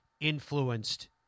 influenced